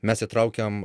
mes įtraukiam